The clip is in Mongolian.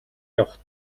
явахад